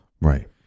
right